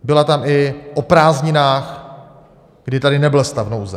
Byla tam i o prázdninách, kdy tady nebyl stav nouze.